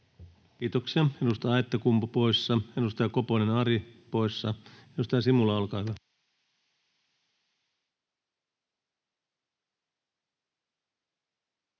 Kiitoksia. — Edustaja Aittakumpu poissa, edustaja Koponen, Ari poissa. — Edustaja Simula, olkaa hyvä.